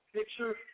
Picture